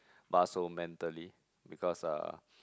but also mentally because uh